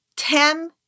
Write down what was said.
Ten